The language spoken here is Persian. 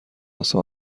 واسه